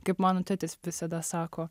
kaip mano tėtis visada sako